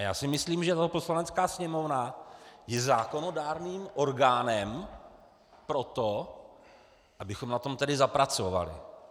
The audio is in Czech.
A já si myslím, že Poslanecká sněmovna je zákonodárným orgánem proto, abychom na tom tedy zapracovali.